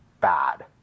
bad